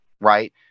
Right